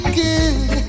good